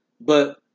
But-